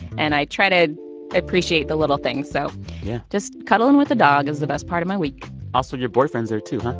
and i try to appreciate the little things, so. yeah just cuddling with a dog is the best part of my week also, your boyfriend's there, too,